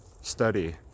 study